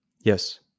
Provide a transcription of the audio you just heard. Yes